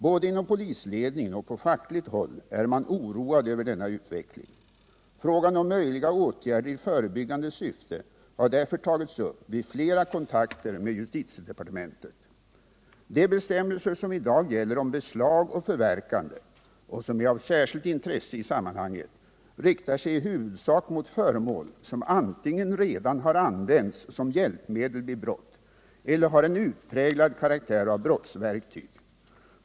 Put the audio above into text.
Både inom polisledningen och på fackligt håll är man oroad över denna utveckling. Frågan om möjliga åtgärder i förebyggande syfte har därför tagits upp vid flera kontakter med justitiedepartementet. De bestämmelser som i dag gäller om beslag och förverkande och som är av särskilt intresse i sammanhanget riktar sig i huvudsak mot föremål som antingen redan har använts som hjälpmedel vid brott eller har en utpräglad karaktär av brottsverktyg.